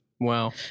Wow